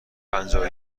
پنجاه